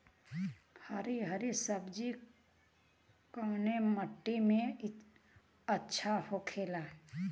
हरी हरी सब्जी कवने माटी में अच्छा होखेला?